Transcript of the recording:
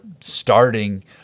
starting